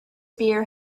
beer